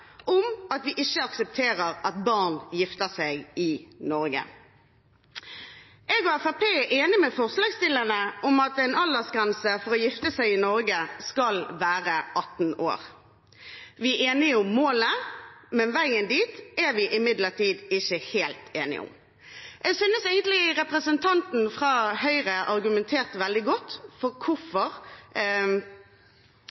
om at vi ikke aksepterer at barn i Norge gifter seg. Jeg og Fremskrittspartiet er enig med forslagsstillerne i at aldersgrensen for å gifte seg i Norge skal være 18 år. Vi er enige om målet. Veien dit er vi imidlertid ikke helt enige om. Jeg synes representanten fra Høyre egentlig argumenterte veldig godt for